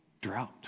Drought